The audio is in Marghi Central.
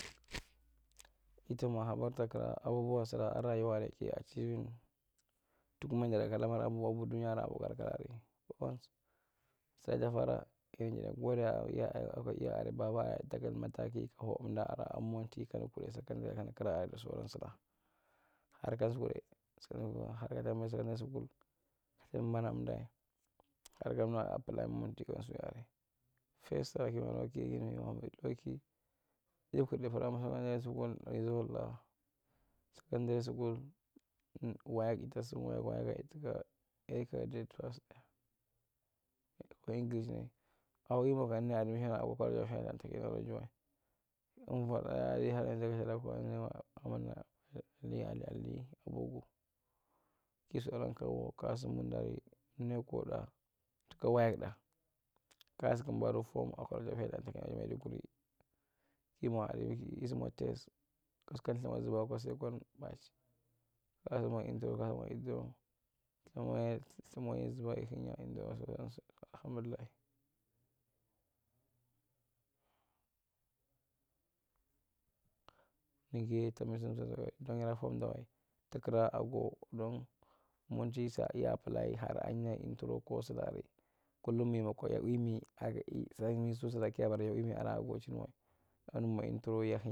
Itamwa habar takira abubuwa suraa aa rayuwadae ki achiving tikuma jara akwa dunyan kimwa kalkalara bas sai jaffara ki njidai bonai akwa iya area babarae ta kul mataaki ta ho emdu’araeakwa monti ta kandu kudai sakandirae kandi kira area da soran sulaa har kandi sukudai sakadirae school ka tambu bancumdi har kamdi mwa applayi monti bonsuaarae fast sara ki lukwa ki kikudai pri sackandare school hisubulla sackandarae school waik ita simwa waik’kan itaka a credit pass sudae ko english nai akwa ki ampani da admission akwa collegi health an technology wae umvwada laka’di ali apogu kasi nan kabo kan bundari neco taka waec da kaa sukumbale form akwa college of health an technology maiduguri ki mwa admission kisi mwa tes ka lthimawae subkwa second batch kasuma intro kamwa exam lthimawae suma izuba ihinyae lthimawe sud alahamdullai nigiye dong yadaa homdawa takira ago dong monti sadi ya apply har yi hinyae intro ko sulaa’arae kullum mimakwa yawi mi area miso so sura kiyabara yawima ada agochinwae kan mwa intro yahenyae.